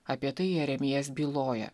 apie tai jeremijas byloja